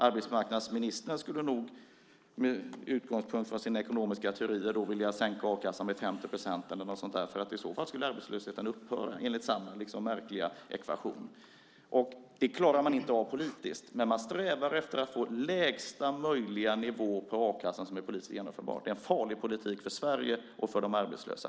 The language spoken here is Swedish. Arbetsmarknadsministern skulle nog med utgångspunkt från sina ekonomiska teorier vilja sänka a-kassan med 50 procent eller något sådant. I så fall skulle ju arbetslösheten upphöra enligt samma märkliga ekvation. Det klarar man inte av politiskt. Men man strävar efter att få lägsta möjliga nivå på a-kassan som är politiskt genomförbar. Det är en farlig politik för Sverige och för de arbetslösa.